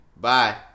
bye